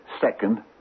second